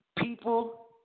People